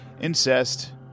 incest